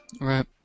Right